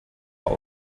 what